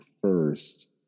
first